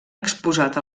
exposat